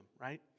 right